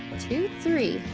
two, three.